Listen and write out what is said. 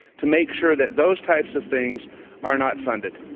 to make sure that those types of things are not funded.